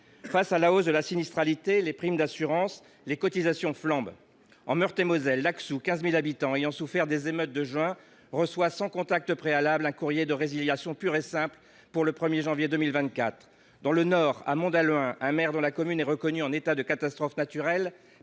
Face à la hausse de la sinistralité, les primes d’assurances et les cotisations flambent. En Meurthe et Moselle, Laxou, commune de 15 000 habitants ayant souffert des émeutes de juin, reçoit, sans contact préalable, un courrier de résiliation pure et simple dès le 1 janvier 2024. Dans le Nord, à Mont d’Halluin, un maire dont la commune est reconnue en état de catastrophe naturelle